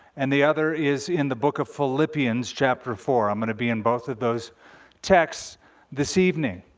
and the other is in the book of philippians, chapter four. i'm going to be in both of those texts this evening.